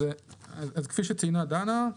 כפי שציינה דנה,